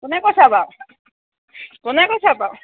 কোনে কৈছা বাৰু কোনে কৈছা বাৰু